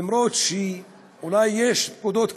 למרות שאולי יש פקודות כאלה,